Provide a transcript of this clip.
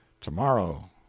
Tomorrow